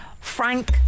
Frank